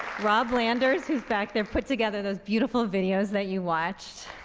rob landers who's back there put together those beautiful videos that you watched.